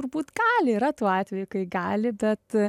turbūt gali yra tų atvejų kai gali bet